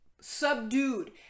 subdued